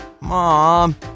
Mom